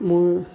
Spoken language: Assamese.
মোৰ